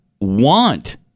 want